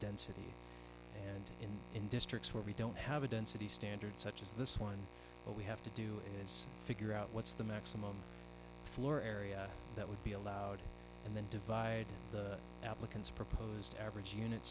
density and in in districts where we don't have a density standard such as this one we have to do is figure out what's the maximum floor area that would be allowed and then divide the applicant's proposed average unit